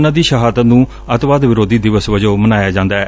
ਉਨ੍ਹਾਂ ਦੀ ਸ਼ਹਾਦਤ ਨੰ ਅਤਿਵਾਦ ਵਿਰੋਧੀ ਦਿਵਸ ਵਜੋਂ ਮਨਾਇਆ ਜਾਂਦਾ ਏ